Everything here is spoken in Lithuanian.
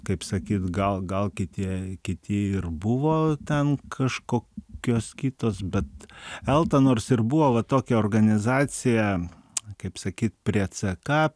kaip sakyt gal gal kitie kiti ir buvo ten kažkokios kitos bet elta nors ir buvo va tokia organizacija kaip sakyt prie ck